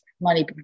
money